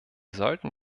sollten